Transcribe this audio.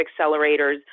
accelerators